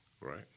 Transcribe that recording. right